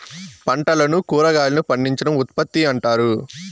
పంటలను కురాగాయలను పండించడం ఉత్పత్తి అంటారు